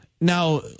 Now